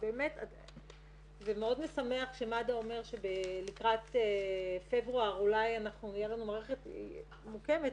זה מאוד משמח שמד"א אומר שלקראת פברואר אולי תהיה לנו מערכת מוקמת,